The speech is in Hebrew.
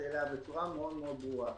אלא בצורה מאוד מאוד ברורה.